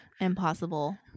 Impossible